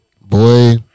boy